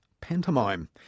pantomime